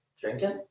Drinking